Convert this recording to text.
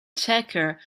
checker